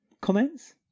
comments